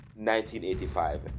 1985